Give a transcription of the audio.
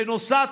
בנוסף,